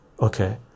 okay